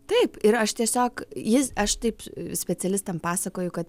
taip ir aš tiesiog jis aš taip specialistam pasakoju kad